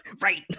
right